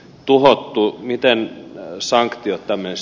tuhottuun mitään sanktioita myös